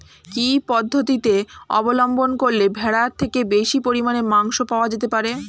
কি পদ্ধতিতে অবলম্বন করলে ভেড়ার থেকে বেশি পরিমাণে মাংস পাওয়া যেতে পারে?